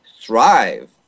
thrive